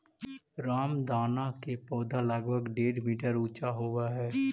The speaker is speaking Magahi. रामदाना के पौधा लगभग डेढ़ मीटर ऊंचा होवऽ हइ